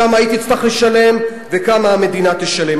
כמה היא תצטרך לשלם וכמה המדינה תשלם.